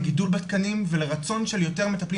לגידול בתקנים ולרצון של יותר מטפלים